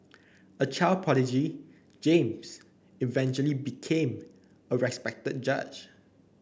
a child prodigy James eventually became a respected judge